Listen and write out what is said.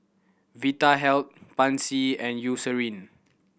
Vitahealth Pansy and Eucerin